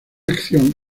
acción